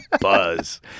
Buzz